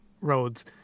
roads